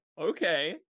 okay